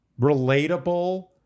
relatable